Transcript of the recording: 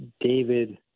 David